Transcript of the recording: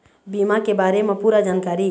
बीमा के बारे म पूरा जानकारी?